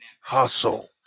Hustle